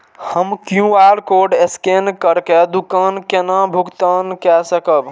हम QR code scan करके दुकान केना भुगतान काय सकब?